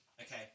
Okay